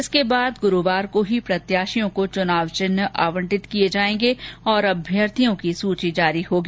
इसके बाद गुरुवार को ही प्रत्याशियों को चुनाव चिन्ह आवंटित होंगे और अभ्यर्थियों की सूची जारी होगी